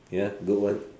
ya do what